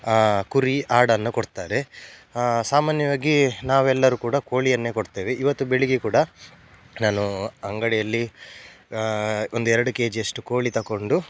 ಕುರಿ ಆಡನ್ನು ಕೊಡ್ತಾರೆ ಸಾಮಾನ್ಯವಾಗಿ ನಾವೆಲ್ಲರೂ ಕೂಡ ಕೋಳಿಯನ್ನೇ ಕೊಡ್ತೇವೆ ಇವತ್ತು ಬೆಳಗ್ಗೆ ಕೂಡ ನಾನೂ ಅಂಗಡಿಯಲ್ಲಿ ಒಂದು ಎರಡು ಕೆಜಿಯಷ್ಟು ಕೋಳಿ ತಗೊಂಡು